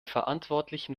verantwortlichen